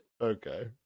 okay